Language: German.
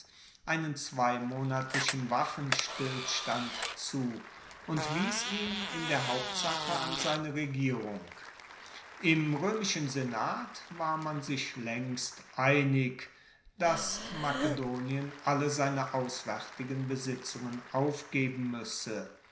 einen zweimonatlichen waffenstillstand zu und wies ihn in der hauptsache an seine regierung im roemischen senat war man sich laengst einig dass makedonien alle seine auswaertigen besitzungen aufgeben muesse